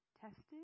Tested